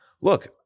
look